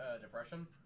depression